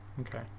Okay